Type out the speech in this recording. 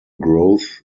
growth